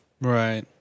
Right